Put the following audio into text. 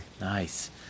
Nice